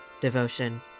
devotion